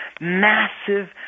massive